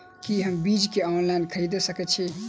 की हम बीज केँ ऑनलाइन खरीदै सकैत छी?